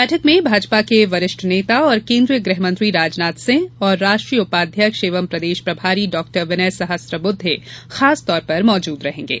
बैठक में भाजपा के वरिष्ठ नेता और केन्द्रीय गृह मंत्री राजनाथ सिंह और राष्ट्रीय उपाध्यक्ष एवं प्रदेश प्रभारी डह्क्टर विनय सहम्रबुद्धे खासतौर पर मौजूद रहेंगे